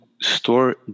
store